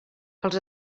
els